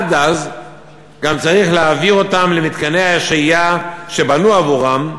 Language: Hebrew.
עד אז גם צריך להעביר אותם למתקני השהייה שבנו עבורם,